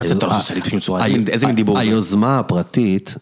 איזה דיבור. היוזמה הפרטית...